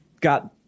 got